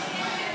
סעיף